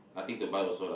nothing to buy also lah